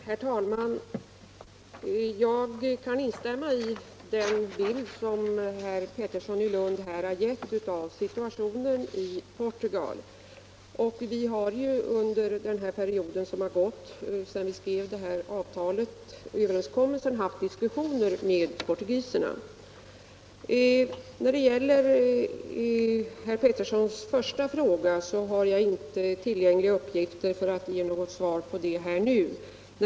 Herr talman! Jag kan instämma i den bild som herr Pettersson i Lund gett av situationen i Portugal. Vi har under den period som gått sedan vi skrev överenskommelsen haft diskussioner med portugiserna. När det gäller herr Petterssons första fråga har jag inga tillgängliga uppgifter för att ge svar på den nu.